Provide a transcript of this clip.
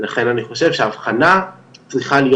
לכן אני חושב שההבחנה צריכה להיות